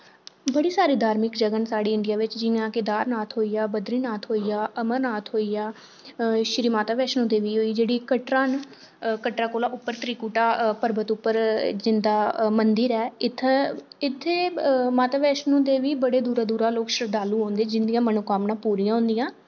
बड़ी सारी धार्मिक जगहं न साढ़ी इंडिया बिच जि'यां केदारनाथ होइया बद्रीनाथ होइया अमरनाथ होइया श्री माता वैश्णो देवी होई गेई जेह्ड़ी कटरा न कटरा कोला उप्पर त्रिकुटा पर्वत उप्पर जिन्दा मंदिर ऐ इत्थै माता वैश्णो देवी बड़े दूरा दूरा लोक शर्द्धालु औंदे जिंदियां पूरियां होंदियां